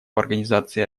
организации